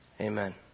Amen